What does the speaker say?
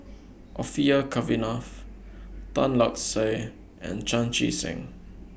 Orfeur Cavenagh Tan Lark Sye and Chan Chee Seng